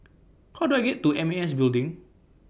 How Do I get to M A S Building